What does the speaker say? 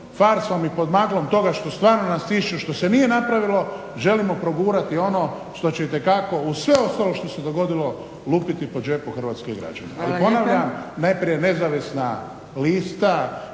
farsom i pod maglom toga što stvarno nas stišću, što se nije napravilo želimo progurati ono što će itekako uz sve ostalo što se dogodilo lupiti po džepu hrvatske građane. I ponavljam, najprije nezavisna lista,